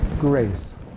grace